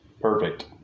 Perfect